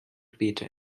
bete